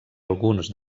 alguns